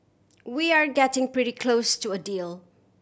we're getting pretty close to a deal